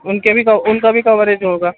اُن کے بھی کو اُن کا بھی کوریج ہوگا